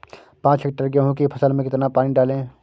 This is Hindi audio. पाँच हेक्टेयर गेहूँ की फसल में कितना पानी डालें?